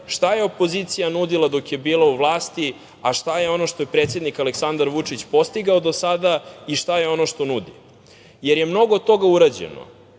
šta je opozicija nudila dok je bila u vlasti, a šta je ono što je predsednik Aleksandar Vučić postigao do sada i šta je ono što nudi. Mnogo toga je urađeno,